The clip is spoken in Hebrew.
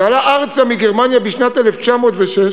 שעלה ארצה מגרמניה בשנת 1906,